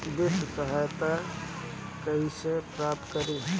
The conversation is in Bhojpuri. वित्तीय सहायता कइसे प्राप्त करी?